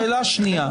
שאלה שנייה.